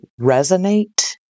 resonate